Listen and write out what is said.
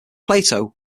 plato